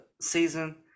season